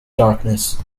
darkness